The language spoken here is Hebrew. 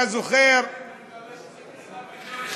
אתה זוכר, אני מקווה,